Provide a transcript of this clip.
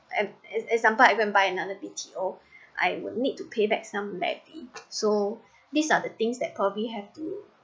exam~ example I went buy another B_T_O I will need to pay back some levy so these are the things that probably have to